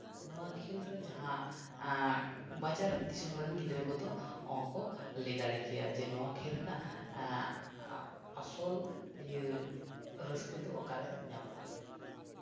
ᱱᱚᱣᱟ ᱠᱷᱮᱞ ᱨᱮ ᱡᱟᱦᱟᱸ ᱵᱟᱡᱟᱨ ᱫᱚᱥᱚᱢ ᱨᱮᱱ ᱜᱤᱫᱽᱨᱟᱹ ᱠᱚᱫᱚ ᱚᱦᱚᱠᱚ ᱞᱟᱹᱭ ᱫᱟᱲᱮ ᱠᱮᱭᱟ ᱡᱮ ᱱᱚᱣᱟ ᱠᱷᱮᱞ ᱨᱮᱱᱟᱜ ᱟᱥᱚᱞ ᱤᱭᱟᱹ ᱨᱟᱹᱥᱠᱟᱹ ᱫᱚ ᱚᱠᱟᱨᱮ ᱧᱟᱢᱚᱜᱼᱟ